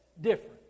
different